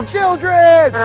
Children